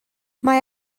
mae